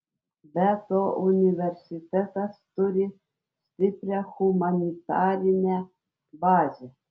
be to universitetas turi stiprią humanitarinę bazę